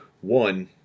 one